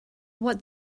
what